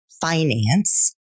finance